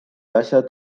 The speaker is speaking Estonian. asjad